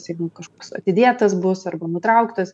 staiga kažkoks atidėtas bus arba nutrauktas